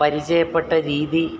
പരിചയപ്പെട്ട രീതി